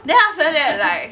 then after that like